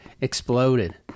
exploded